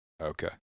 Okay